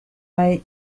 hay